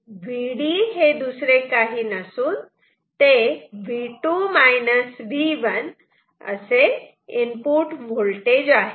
तर Vd हे दुसरे काही नसून ते V2 V1 असे वोल्टेज आहे